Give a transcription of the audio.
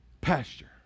pasture